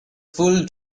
fool